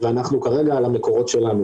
ואנחנו כרגע על המקורות שלנו.